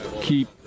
keep